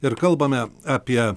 ir kalbame apie